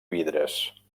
vidres